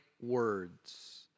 words